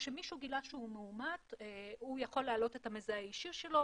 כשמישהו מגלה שהוא מאומת הוא יכול להעלות את המזהה הישיר שלו,